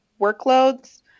workloads